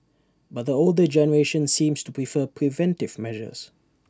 but the older generation seems to prefer preventive measures